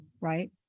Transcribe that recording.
right